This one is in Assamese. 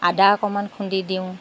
আদা অকণমান খুন্দি দিওঁ